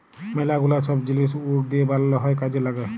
ম্যালা গুলা ছব জিলিস উড দিঁয়ে বালাল হ্যয় কাজে ল্যাগে